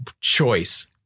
choice